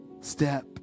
step